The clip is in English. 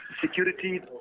security